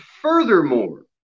Furthermore